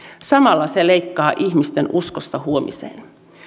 samalla se leikkaa ihmisten uskosta huomiseen